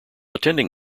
attending